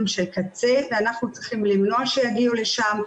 של קצה ואנחנו צריכים למנוע שיגיעו לשם.